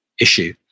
issue